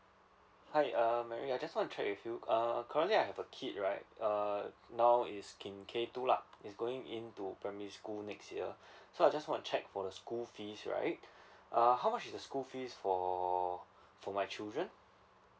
hi um amy I just want to check with you err currently I have a kid right uh now is in K two lah it's going in to primary school next year so I just wanna check for the school fees right uh how much is the school fees for for my children